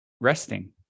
resting